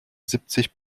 siebzig